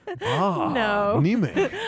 No